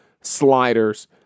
sliders